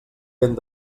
vent